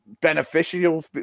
beneficial